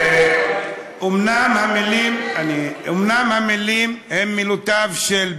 אומנם המילים הן מילותיו של בניון,